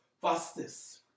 fastest